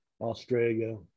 Australia